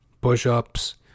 push-ups